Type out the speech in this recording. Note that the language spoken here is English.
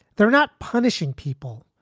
they're not punishing people.